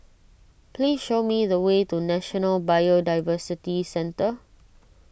please show me the way to National Biodiversity Centre